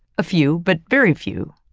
a few, but very few.